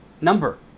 number